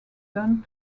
done